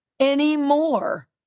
anymore